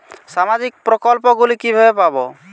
সামাজিক প্রকল্প গুলি কিভাবে পাব?